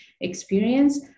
experience